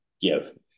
give